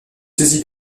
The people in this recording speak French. saisie